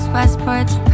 Westport's